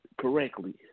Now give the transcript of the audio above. correctly